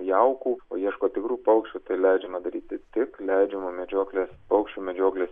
jaukų o ieško tikrų paukščių tai leidžiama daryti tik leidžiamų medžioklės paukščių medžioklės